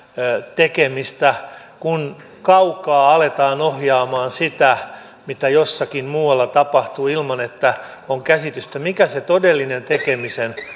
tekemistä kun kaukaa aletaan ohjaamaan sitä mitä jossakin muualla tapahtuu ilman että on käsitystä mikä se todellinen tekemisen